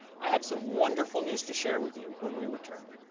i have some wonderful news to share with you when we return.